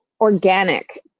organic